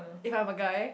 if I'm a guy